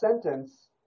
sentence